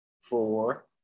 four